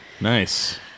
Nice